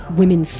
women